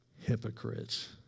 hypocrites